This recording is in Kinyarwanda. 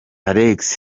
alex